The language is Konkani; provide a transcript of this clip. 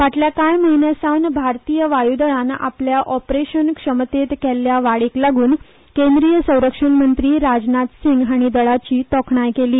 फाटल्या कांय म्हयन्यां सावन भारतीय वायूदळान आपल्या ऑपरेशन तांकीत केल्ल्या वाडीक लागून केंद्रीय संरक्षण मंत्री राजनाथ सिंग हांणी दळाची तोखणाय केली